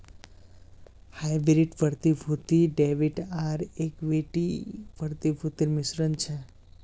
hybrid प्रतिभूति debit आर equity प्रतिभूतिर मिश्रण छ